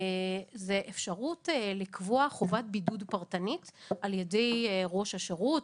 זה אפשרות לקבוע חובת בידוד פרטנית על ידי ראש השירות,